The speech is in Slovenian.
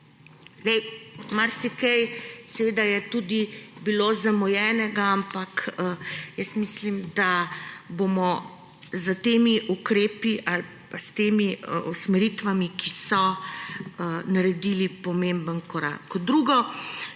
Marsikaj seveda je tudi bilo zamujenega, ampak jaz mislim, da bomo s temi ukrepi ali s temi usmeritvami, ki so, naredili pomemben korak. Kot drugo,